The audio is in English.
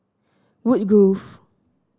woodgrove